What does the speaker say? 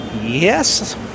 Yes